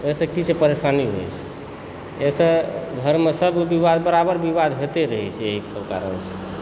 ओहिसे की छै परेशानी होइत छै एहिसँ घरमे सभ विवाद बराबर विवाद होइते रहय छै एहिसभ कारणसँ